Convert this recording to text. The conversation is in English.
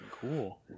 cool